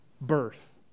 birth